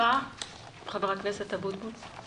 חבר הכנסת אבוטבול בבקשה.